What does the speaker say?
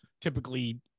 typically